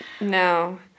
No